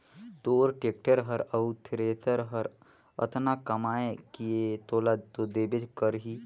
तोर टेक्टर हर अउ थेरेसर हर अतना कमाये के तोला तो देबे करही